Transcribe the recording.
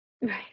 Right